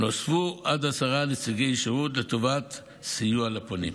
ונוספו עוד עשרה נציגי שירות לטובת סיוע לפונים.